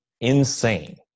insane